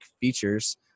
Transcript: features